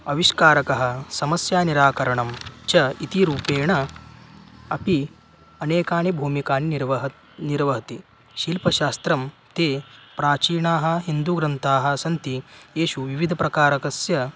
आविष्कारकः समस्यायाः निराकारः च इति रूपेण अपि अनेकानि भूमिकानि निर्वहति निर्वहति शिल्पशास्त्रं ते प्राचीनाः हिन्दुग्रन्थाः सन्ति येषु विविध प्रकारकस्य